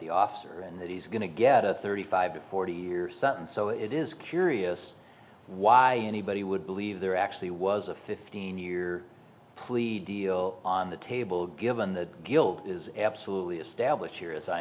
the officer and that he's going to get a thirty five to forty year son so it is curious why anybody would believe there actually was a fifteen year plea deal on the table given the guilt is absolutely established here as i